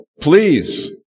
Please